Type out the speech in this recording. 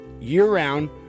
year-round